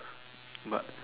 but